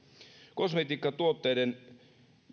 kosmetiikkatuotteiden